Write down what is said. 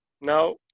Now